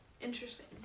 Interesting